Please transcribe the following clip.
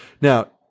Now